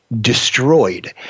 destroyed